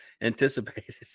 anticipated